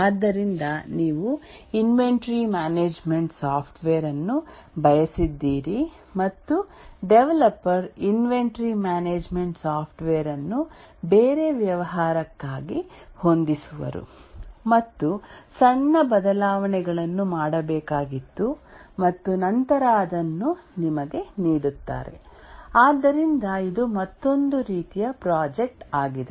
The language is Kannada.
ಆದ್ದರಿಂದ ನೀವು ಇನ್ವೆಂಟರಿ ಮ್ಯಾನೇಜ್ಮೆಂಟ್ ಸಾಫ್ಟ್ವೇರ್ ಅನ್ನು ಬಯಸಿದ್ದೀರಿ ಮತ್ತು ಡೆವಲಪರ್ ಇನ್ವೆಂಟರಿ ಮ್ಯಾನೇಜ್ಮೆಂಟ್ ಸಾಫ್ಟ್ವೇರ್ ಅನ್ನು ಬೇರೆ ವ್ಯವಹಾರಕ್ಕಾಗಿ ಹೊಂದಿಸುವರು ಮತ್ತು ಸಣ್ಣ ಬದಲಾವಣೆಗಳನ್ನು ಮಾಡಬೇಕಾಗಿತ್ತು ಮತ್ತು ನಂತರ ಅದನ್ನು ನಿಮಗೆ ನೀಡುತ್ತಾರೆ ಆದ್ದರಿಂದ ಇದು ಮತ್ತೊಂದು ರೀತಿಯ ಪ್ರಾಜೆಕ್ಟ್ ಆಗಿದೆ